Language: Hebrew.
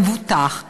המבוטח,